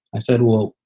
i said, well,